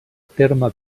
terme